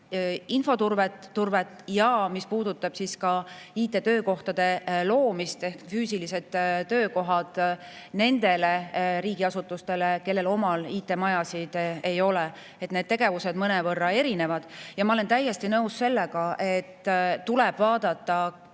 infoturvet ja ka IT-töökohtade loomist. Ehk füüsilised töökohad nendele riigiasutustele, kellel IT-majasid ei ole. Need tegevused mõnevõrra erinevad. Ja ma olen täiesti nõus sellega, et tuleb vaadata